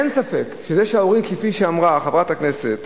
אין ספק, שכפי שאמרה חברת הכנסת